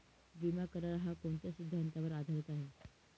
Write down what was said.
विमा करार, हा कोणत्या सिद्धांतावर आधारीत आहे?